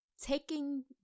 Taking